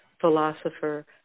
philosopher